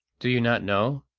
do you not know,